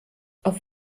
auf